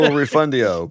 refundio